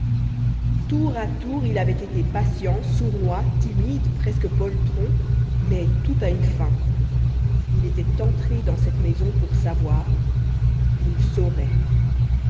tour à tour il avait été patient sournois timide presque poltron mais tout a une fin il était entré dans cette maison pour savoir il saurait